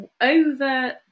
over